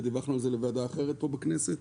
ודיווחנו על זה לוועדה אחרת פה בכנסת,